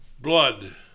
blood